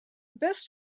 best